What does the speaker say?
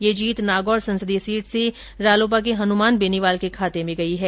यह जीत नागौर संसदीय सीट से रालोपा के हनुमान बेनीवाल के खाते में गई है